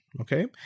okay